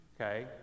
Okay